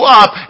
up